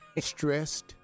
Stressed